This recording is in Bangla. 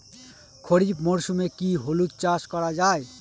খরিফ মরশুমে কি হলুদ চাস করা য়ায়?